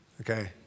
Okay